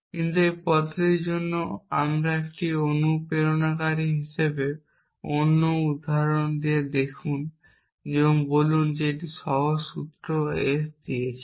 কিন্তু এই পদ্ধতির জন্য একটি অনুপ্রেরণাকারী হিসাবে কিছু অন্য উদাহরণ বলুন আমরা একটি সহজ সূত্র S দিয়েছি